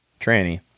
tranny